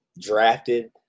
drafted